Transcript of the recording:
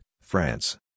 France